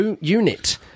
unit